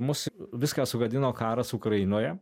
mus viską sugadino karas ukrainoje